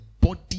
body